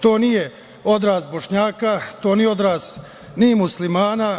To nije odraz Bošnjaka, to nije odraz ni muslimana.